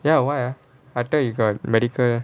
ya why ah I thought you got medical